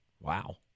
wow